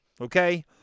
Okay